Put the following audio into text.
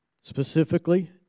specifically